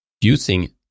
using